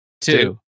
two